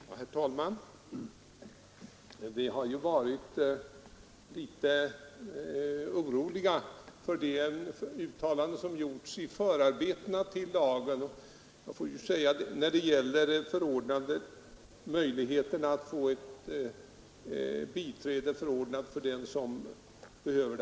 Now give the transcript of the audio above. Herr talman! Vi har varit litet oroliga över de uttalanden som gjorts i förarbetena till lagen om möjligheten att få ett biträde förordnat för den som så behöver.